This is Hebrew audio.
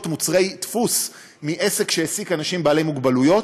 מוצרי דפוס מעסק שהעסיק אנשים עם מוגבלות,